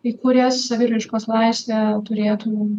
į kurias saviraiškos laisvė turėtų